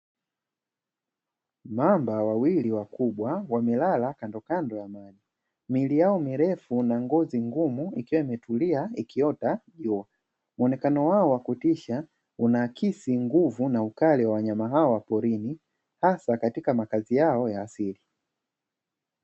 Mamba wawili wakubwa wamelala kando kando ya bwawa ya mili yao mirefu na ngozi ngumu ikiwa imetulia ikiota jua. muonekano wao wa kutisha unaakisi nguvu na ukale wa wanyama hawa wa porini hasa katika makazi yao ya asili.